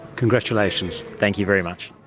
congratulations. thank you very much.